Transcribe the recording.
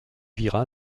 vira